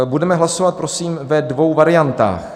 Budeme hlasovat prosím ve dvou variantách.